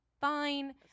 Fine